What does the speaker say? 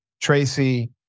Tracy